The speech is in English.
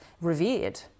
revered